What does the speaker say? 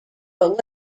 but